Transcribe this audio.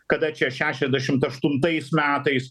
kada čia šešiasdešimt aštuntais metais